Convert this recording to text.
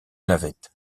navettes